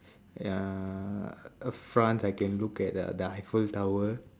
uh a france I can look at the the eiffel tower